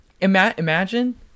imagine